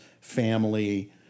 family